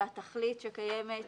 שהתכלית שקיימת